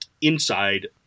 inside